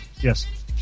yes